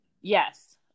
yes